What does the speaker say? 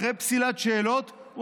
אחרי פסילת שאלות,